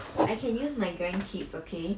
I can use my grandkids okay